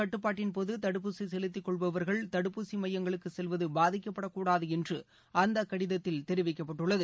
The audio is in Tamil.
கட்டுப்பாட்டின்போதுதடுப்பூசிசெலுத்திக் ஊரடங்கு கொள்பவர்கள் தடுப்பூசிமையங்களுக்குசெல்வதுபாதிக்கப்படக் கூடாதுஎன்றுஅந்தகடிதத்தில் தெரிவிக்கப்பட்டுள்ளது